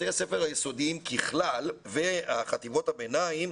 בתי הספר היסודיים ככלל וחטיבות הביניים,